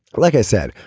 like i said,